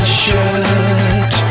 shirt